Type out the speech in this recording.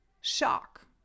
shock